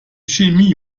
chemie